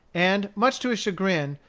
and, much to his chagrin,